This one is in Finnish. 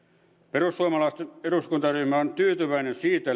perussuomalaisten eduskuntaryhmä on tyytyväinen siitä